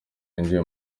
yinjiye